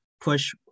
push